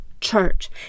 church